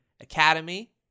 academy